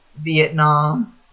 Vietnam